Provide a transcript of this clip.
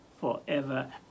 forever